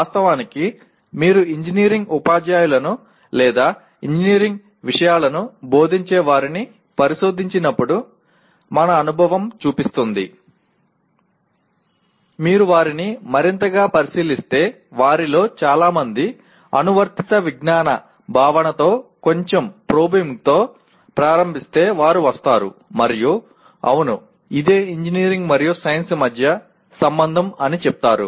వాస్తవానికి మీరు ఇంజనీరింగ్ ఉపాధ్యాయులను లేదా ఇంజనీరింగ్ విషయాలను బోధించేవారిని పరిశోధించినప్పుడు మన అనుభవం చూపిస్తుంది మీరు వారిని మరింతగా పరిశీలిస్తే వారిలో చాలామంది అనువర్తిత విజ్ఞాన భావనతో కొంచెం ప్రోబింగ్తో ప్రారంభిస్తే వారు వస్తారు మరియు అవును ఇదే ఇంజనీరింగ్ మరియు సైన్స్ మధ్య సంబంధం అని చెప్తారు